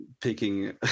picking